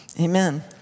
Amen